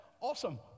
awesome